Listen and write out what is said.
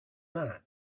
man